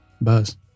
Buzz